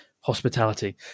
hospitality